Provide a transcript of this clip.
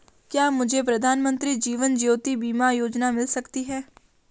क्या मुझे प्रधानमंत्री जीवन ज्योति बीमा योजना मिल सकती है?